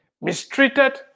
mistreated